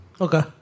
Okay